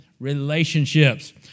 relationships